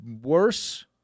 worse